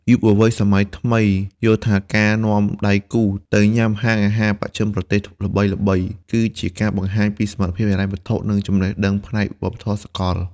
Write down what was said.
យុវវ័យសម័យថ្មីយល់ថាការនាំដៃគូទៅញ៉ាំហាងអាហារបស្ចិមប្រទេសល្បីៗ គឺជាការបង្ហាញពីសមត្ថភាពហិរញ្ញវត្ថុ និងចំណេះដឹងផ្នែកវប្បធម៌សកល។